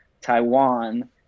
Taiwan